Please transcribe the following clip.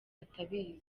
atabizi